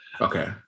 Okay